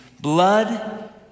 blood